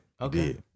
Okay